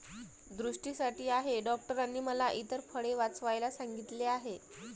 दृष्टीसाठी आहे डॉक्टरांनी मला इतर फळे वाचवायला सांगितले आहे